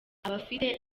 abafite